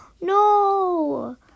No